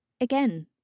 again